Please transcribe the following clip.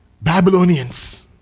Babylonians